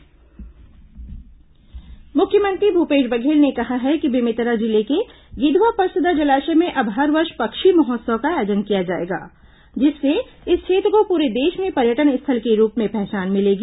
पक्षी महोत्सव मुख्यमंत्री भूपेश बघेल ने कहा है कि बेमेतरा जिले के गिधवा परसदा जलाशय में अब हर वर्ष पक्षी महोत्सव का आयोजन किया जाएगा जिससे इस क्षेत्र को पूरे देश में पर्यटन स्थल के रूप में पहचान मिलेगी